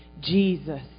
Jesus